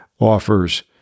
offers